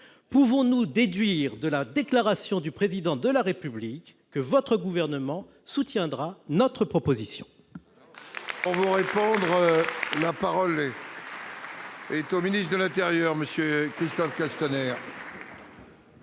Pouvons-nous déduire de la déclaration du Président de la République que votre gouvernement soutiendra notre proposition ?